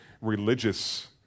religious